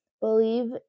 believe